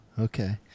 okay